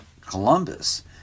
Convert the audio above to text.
Columbus